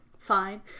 fine